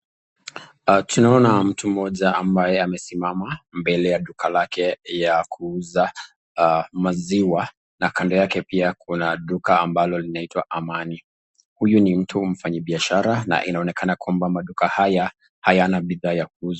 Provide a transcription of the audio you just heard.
Tunaona mtu mmoja ambaye amesimama mbele ya duka lake la kuuza maziwa, na kando yake pia kuna duka linaitwa Amani. Huyu ni mtu mfanyibiashara na inaonekana kwamba maduka haya hayana mabidhaa ya kuuzwa.